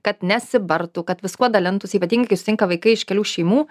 kad nesibartų kad viskuo dalintųsi ypatingai kai susirenka vaikai iš kelių šeimų